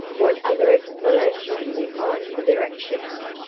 what other explanation can you find for their actions?